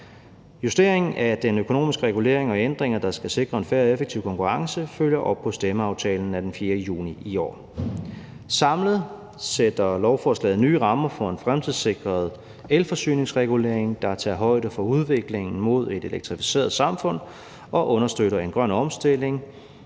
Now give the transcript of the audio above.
Justeringen af den økonomiske regulering og ændringer, der skal sikre en fair og effektiv konkurrence, følger op på stemmeaftalen af den 4. juni i år. Samlet sætter lovforslaget nye rammer for en fremtidssikret elforsyningsregulering, der tager højde for udviklingen mod et elektrificeret samfund og understøtter en grøn omstilling,